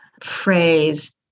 phrase